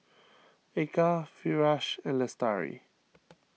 Eka Firash and Lestari